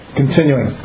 continuing